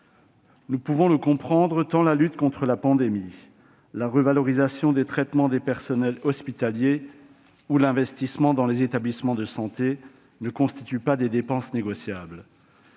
Nous pouvons le comprendre, tant la lutte contre la pandémie, la revalorisation du traitement du personnel hospitalier ou encore l'investissement dans les établissements de santé ne constituent pas des dépenses négociables.